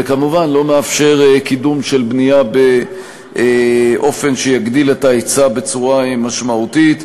וכמובן לא מאפשר קידום של בנייה באופן שיגדיל את ההיצע בצורה משמעותית.